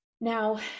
Now